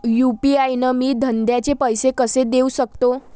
UPI न मी धंद्याचे पैसे कसे देऊ सकतो?